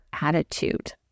attitude